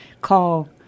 call